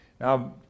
Now